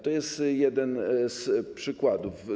To jest jeden z przykładów.